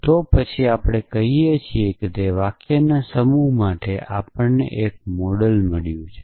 તો પછી આપણે કહીએ કે તે વાક્યોનાં સમૂહ માટે આપણને એક મોડેલ મળ્યું છે